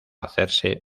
hacerse